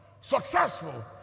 successful